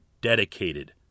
dedicated